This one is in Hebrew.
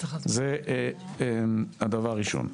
זה הדבר הראשון.